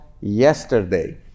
yesterday